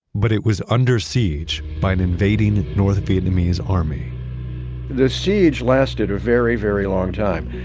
but it was under siege by an invading north vietnamese army the siege lasted a very, very long time.